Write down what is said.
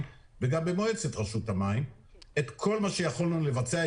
ובמועצת המים עשינו את כל מה שיכולנו לבצע,